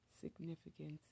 significance